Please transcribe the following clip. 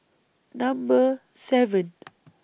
Number seven